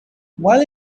while